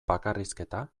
bakarrizketa